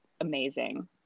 amazing